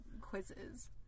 quizzes